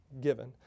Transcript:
given